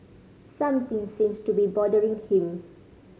something seems to be bothering him